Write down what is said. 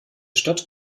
stadt